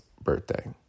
birthday